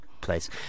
place